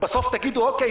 בסוף תגידו: אוקיי,